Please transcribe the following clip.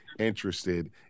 interested